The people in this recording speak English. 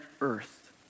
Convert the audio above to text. Earth